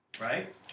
Right